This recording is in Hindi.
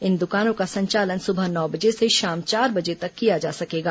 इन दुकानों का संचालन सुबह नौ बजे से शाम चार बजे तक किया जा सकेगा